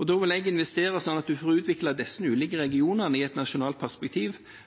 Da vil jeg investere sånn at man får utviklet disse ulike regionene i et nasjonalt perspektiv